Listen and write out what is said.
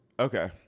Okay